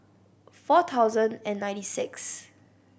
four thousand and ninety sixth